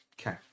Okay